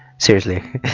seriously!